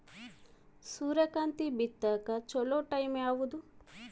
ಸೂರ್ಯಕಾಂತಿ ಬಿತ್ತಕ ಚೋಲೊ ಟೈಂ ಯಾವುದು?